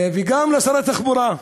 וגם לשר התחבורה,